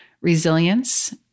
resilience